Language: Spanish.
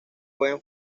pueden